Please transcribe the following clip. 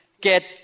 get